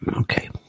okay